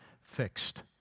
fixed